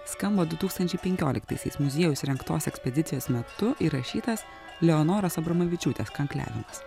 skamba du tūkstančiai penkioliktaisiais muziejaus rengtos ekspedicijos metu įrašytas leonoros abramavičiūtės kankliavimas